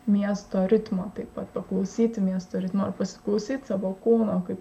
miesto ritmo taip pat paklausyti miesto ritmo ir pasiklausyt savo kūno kaip